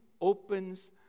opens